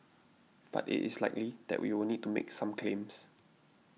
but it is likely that we will need to make some claims